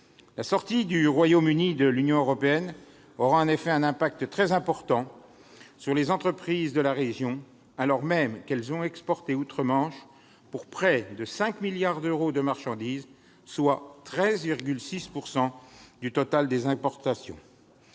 La sortie du Royaume-Uni de l'Union européenne aura en effet un très fort impact sur les entreprises de la région, alors même qu'elles ont exporté outre-Manche pour près de 5 milliards d'euros de marchandises, soit 13,6 % du total des exportations.